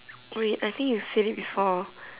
wait I think you said it before